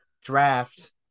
draft